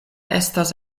estas